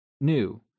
new